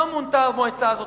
לא מונתה המועצה הזאת,